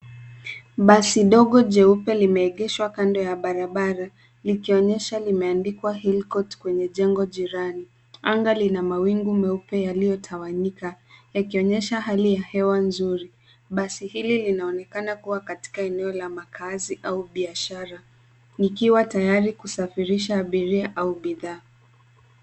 Badi dogo jeupe limeegeshwa kando ya barabara likionyesha limeandikwa hill court kwenye jengo jirani. Anga lina mawingu meupe yaliyotawanyika yakionyesha hali ya hewa nzuri. Basi hili linaonekana kuwa katika eneo la makazi au biashara likiwa tayari kusafirisha abiria au bidhaa.